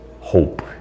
hope